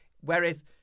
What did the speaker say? Whereas